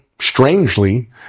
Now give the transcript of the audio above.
strangely